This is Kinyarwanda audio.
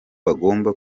bagomba